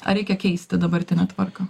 ar reikia keisti dabartinę tvarką